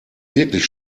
wirklich